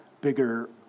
bigger